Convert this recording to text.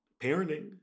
Parenting